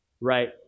right